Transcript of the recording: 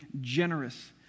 generous